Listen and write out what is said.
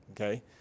okay